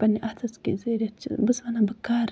پَنٕنہِ اَتھس کٮ۪تھ ذٔریعہٕ بہٕ چھَس وَنان بہٕ کرٕ